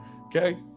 okay